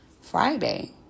Friday